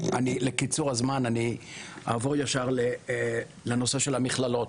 קיצור הזמן אני אעבור ישר לנושא המכללות.